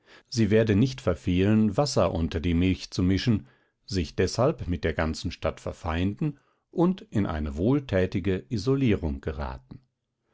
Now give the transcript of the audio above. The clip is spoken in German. sie werde nicht verfehlen wasser unter die milch zu mischen sich deshalb mit der ganzen stadt verfeinden und in eine wohltätige isolierung geraten